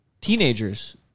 teenagers